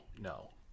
no